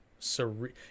surreal